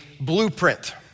blueprint